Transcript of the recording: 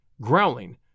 growling